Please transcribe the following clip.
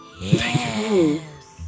Yes